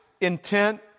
intent